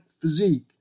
Physique